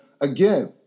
again